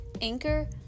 Anchor